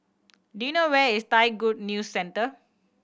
do you know where is Thai Good News Centre